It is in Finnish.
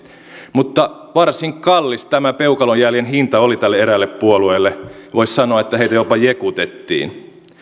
mutta varsin kallis tämä peukalonjäljen hinta oli tälle eräälle puolueelle voisi sanoa että heitä jopa jekutettiin